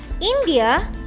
India